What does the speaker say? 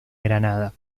granada